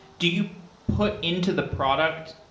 do you put into the product,